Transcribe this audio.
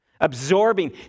Absorbing